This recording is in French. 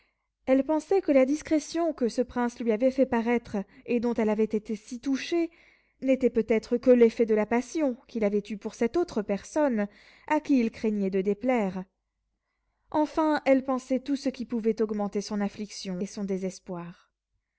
elle pensait que la discrétion que ce prince lui avait fait paraître et dont elle avait été si touchée n'était peut-être que l'effet de la passion qu'il avait pour cette autre personne à qui il craignait de déplaire enfin elle pensait tout ce qui pouvait augmenter son affliction et son désespoir